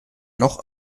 noch